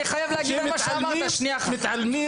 שהם מתעלמים